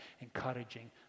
encouraging